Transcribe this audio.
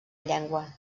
llengua